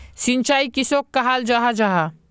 सिंचाई किसोक कराल जाहा जाहा?